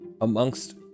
amongst